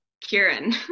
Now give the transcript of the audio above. Kieran